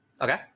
Okay